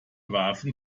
warfen